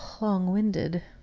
long-winded